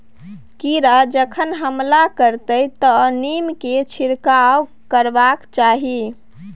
कीड़ा जखन हमला करतै तँ नीमकेर छिड़काव करबाक चाही